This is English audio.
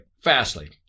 Fastly